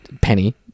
Penny